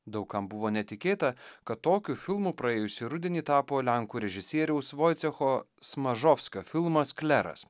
daug kam buvo netikėta kad tokiu filmu praėjusį rudenį tapo lenkų režisieriaus vojcecho smažovskio filmas kleras